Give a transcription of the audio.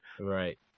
right